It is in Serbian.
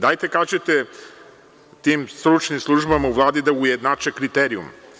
Dajte, kažite tim stručnim službama u Vladi da ujednače kriterijum.